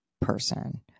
person